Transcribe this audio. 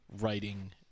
writing